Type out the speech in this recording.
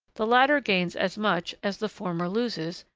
the latter gains as much as the former loses,